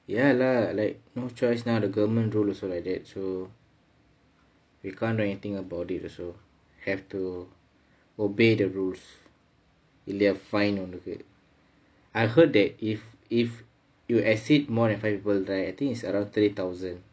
ya lah like no choice now the government rules also like that so we can't do anything about it also have to obey the rules இல்லை:illai fine உனக்கு:unakku I heard that if if you exceed more than five people right I think it's around thirty thousand